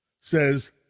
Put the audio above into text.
says